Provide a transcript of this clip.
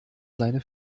seine